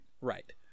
Right